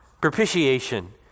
propitiation